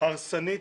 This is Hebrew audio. הרסנית